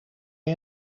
een